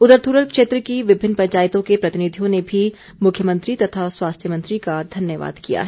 उधर थ्ररल क्षेत्र की विभिन्न पंचायतों के प्रतिनिधियों ने भी मुख्यमंत्री तथा स्वास्थ्य मंत्री का धन्यवाद किया है